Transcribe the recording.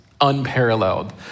unparalleled